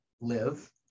live